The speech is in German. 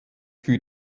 für